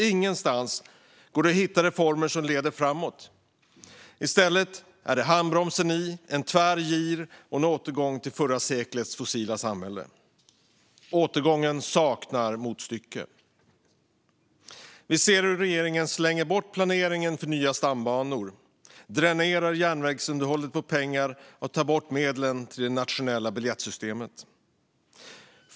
Ingenstans går det att hitta reformer som leder framåt. I stället är det handbromsen i, en tvär gir och en återgång till förra seklets fossila samhälle. Återgången saknar motstycke. Vi ser hur regeringen slänger bort planeringen för nya stambanor, dränerar järnvägsunderhållet på pengar och tar bort medlen till det nationella biljettsystemet.